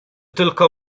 tylko